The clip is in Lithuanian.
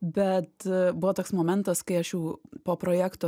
bet buvo toks momentas kai aš jau po projekto